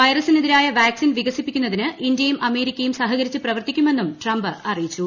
വൈറസിനെതിരായ vaccine വികസിപ്പിക്കുന്നതിന് ഇന്ത്യയും അമേരിക്കയും സഹകരിച്ച് പ്രവർത്തിക്കുമെന്നും ട്രംപ് അറിയിച്ചു